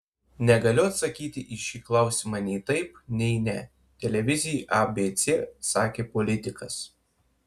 negaliu atsakyti į šį klausimą nei taip nei ne televizijai abc sakė politikas